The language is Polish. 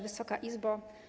Wysoka Izbo!